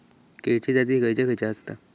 केळीचे जाती खयचे खयचे आसत?